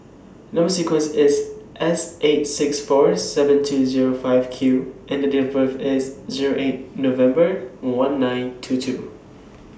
Number sequence IS S eight six four seven two Zero five Q and The Date of birth IS Zero eight November one nine two two